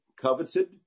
coveted